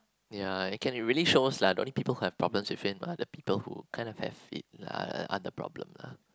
ya it can really shows lah the only people who have problems with him are the people who kind of have other problems lah